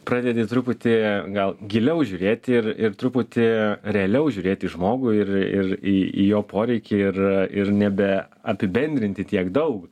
pradedi truputį gal giliau žiūrėti ir ir truputį realiau žiūrėti į žmogų ir ir į į jo poreikį ir ir nebe apibendrinti tiek daug